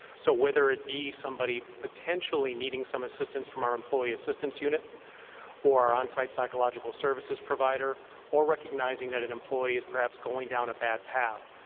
so, whether it be somebody potentially needing some assistance from our employee assistance unit or our on-site psychological services provider or recognizing that an employee is perhaps going down a bad path,